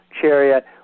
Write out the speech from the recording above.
chariot